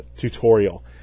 tutorial